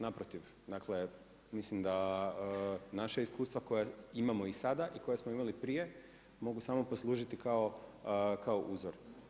Naprotiv, dakle mislim da naša iskustva koja imamo i sada i koja smo imali i prije mogu samo poslužiti kao uzor.